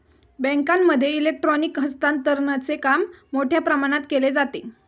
बँकांमध्ये इलेक्ट्रॉनिक हस्तांतरणचे काम मोठ्या प्रमाणात केले जाते